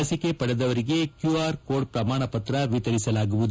ಲಸಿಕೆ ಪಡೆದವರಿಗೆ QR code ಪ್ರಮಾಣಪತ್ರ ವಿತರಿಸಲಾಗುವುದು